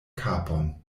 kapon